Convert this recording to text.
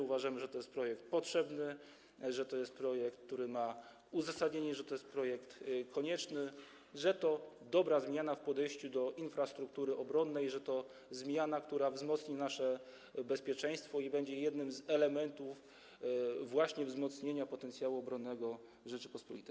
Uważamy, że to jest projekt potrzebny, że to jest projekt, który ma uzasadnienie, że to jest projekt konieczny, że to jest dobra zmiana w podejściu do infrastruktury obronnej i że to jest zmiana, która wzmocni nasze bezpieczeństwo i będzie jednym z elementów właśnie wzmocnienia potencjału obronnego Rzeczypospolitej.